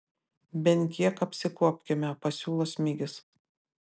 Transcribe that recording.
bent kiek apsikuopkime pasiūlo smigis